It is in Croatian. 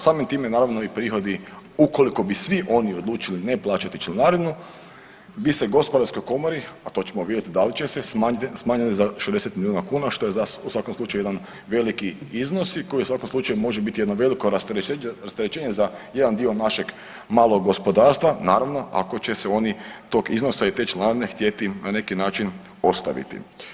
Samim time naravno i prihodi ukoliko bi svi oni odlučili ne plaćati članarinu bi se gospodarskoj komori, a to ćemo vidjeti da li će se, smanjili za 60 miliona kuna što je u svakom slučaju jedan veliki iznos i koji u svakom slučaju može biti jedno veliko rasterećenje za jedan dio našeg malog gospodarstva naravno ako će se oni tog iznosa i te članarine htjeti na neki način ostaviti.